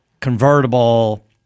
convertible